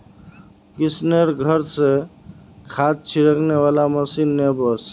किशनेर घर स खाद छिड़कने वाला मशीन ने वोस